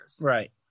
Right